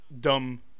dumb